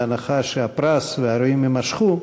בהנחה שהפרס והאירועים יימשכו.